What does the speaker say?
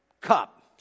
cup